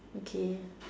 okay